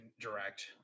Direct